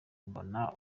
mbona